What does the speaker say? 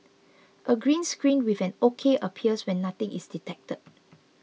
a green screen with an ok appears when nothing is detected